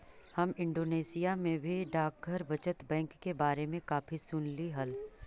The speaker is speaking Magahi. हम इंडोनेशिया में भी डाकघर बचत बैंक के बारे में काफी सुनली हल